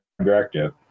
Directive